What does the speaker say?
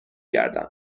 گردم